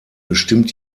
bestimmt